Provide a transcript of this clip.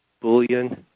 bullion